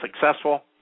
successful